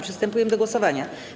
Przystępujemy do głosowania.